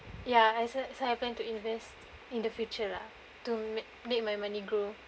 ya I sa~ so I plan to invest in the future lah to make make my money grow